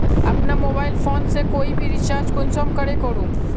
अपना mobile phone से कोई भी रिचार्ज कुंसम करे करूम?